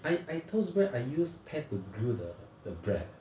I I toast bread I use pan to grill the the bread